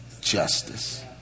justice